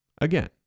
Again